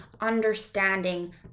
understanding